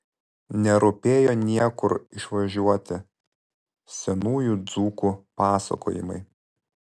nerūpėjo niekur išvažiuoti senųjų dzūkų pasakojimai